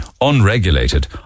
unregulated